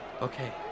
Okay